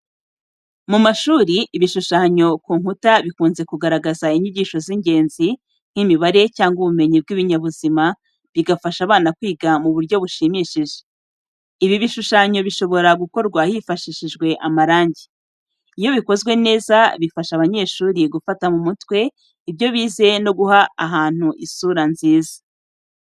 Mu mashuri, ibishushanyo ku nkuta bikunze kugaragaza inyigisho z'ingenzi nk'imibare cyangwa ubumenyi bw'ibinyabuzima, bigafasha abana kwiga mu buryo bushimishije. Ibi bishushanyo bishobora gukorwa hifashishijwe amarangi. Iyo bikozwe neza bifasha abanyeshuri gufata mu mutwe ibyo bize no guha ahantu isura nziza.